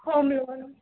home loan